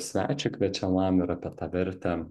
svečiui kviečiamam ir apie tą vertę